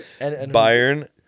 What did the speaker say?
Bayern